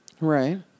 Right